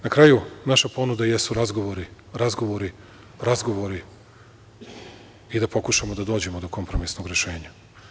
Na kraju, naša ponuda jesu razgovori, razgovori, razgovori i da pokušamo da dođemo do kompromisnog rešenja.